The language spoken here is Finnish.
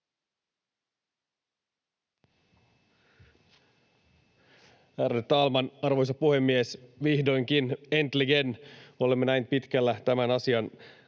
arvoisa puhemies! Vihdoinkin, äntligen, olemme näin pitkällä tämän asian